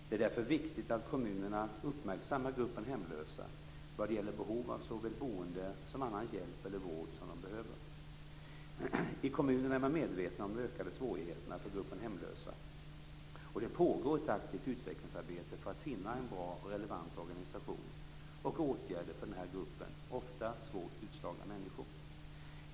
Det är därför viktigt att kommunerna uppmärksammar gruppen hemlösa vad gäller behov av såväl boende som annan hjälp eller vård som de behöver. I kommunerna är man medveten om de ökade svårigheterna för gruppen hemlösa, och det pågår ett aktivt utvecklingsarbete för att finna en bra och relevant organisation och åtgärder för den här gruppen, ofta svårt utslagna människor.